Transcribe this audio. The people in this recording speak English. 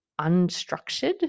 unstructured